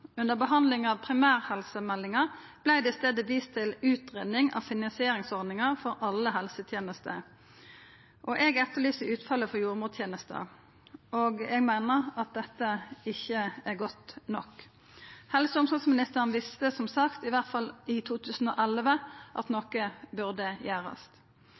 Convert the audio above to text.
Under behandlinga av primærhelsemeldinga vart det i staden vist til utgreiing av finansieringsordningar for alle helsetenester. Eg etterlyser utfallet for jordmortenesta, og eg meiner at dette ikkje er godt nok. Helse- og omsorgsministeren visste som sagt i alle fall i 2011 at noko burde gjerast.